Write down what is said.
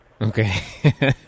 Okay